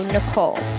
Nicole